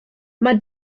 mae